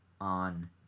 on